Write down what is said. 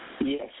Yes